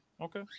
okay